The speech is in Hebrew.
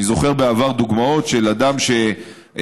אני זוכר בעבר דוגמאות של אדם שאוכל,